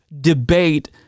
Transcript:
debate